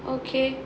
okay